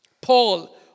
Paul